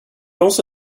also